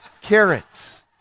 carrots